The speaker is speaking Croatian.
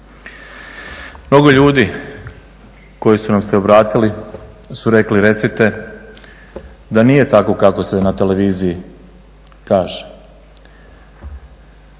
Mnogo ljudi koji su nam se obratili su rekli recite da nije tako kako se na televiziji kaže.